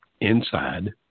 inside